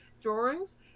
drawings